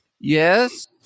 yes